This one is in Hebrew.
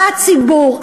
הציבור,